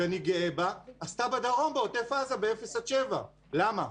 שאני גאה בה, עשתה בדרום בעוטף עזה ב-0 7. למה?